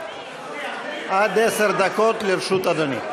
טרומית, עד עשר דקות לרשות אדוני.